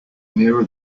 nearer